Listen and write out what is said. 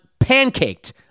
pancaked